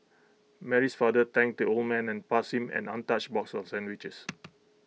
Mary's father thanked the old man and passed him an untouched box of sandwiches